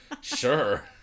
sure